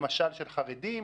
למשל של חרדים,